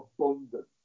abundant